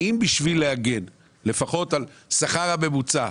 האם בשביל להגן לפחות על השכר הממוצע,